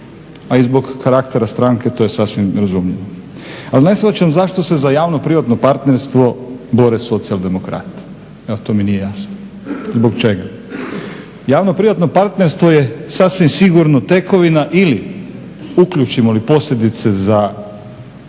a i zbog karaktera stranke to je sasvim razumljivo. Ali ne shvaćam zašto se za javno-privatno partnerstvo bore socijaldemokrati, evo to mi nije jasno zbog čega. Javno-privatno partnerstvo je sasvim sigurno tekovina ili uključimo li posljedice za